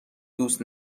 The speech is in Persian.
دوست